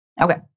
Okay